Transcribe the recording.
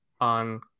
on